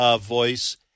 voice